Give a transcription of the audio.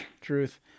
truth